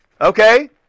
Okay